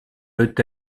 peut